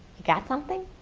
got something?